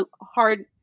hard